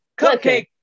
Cupcake